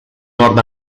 nord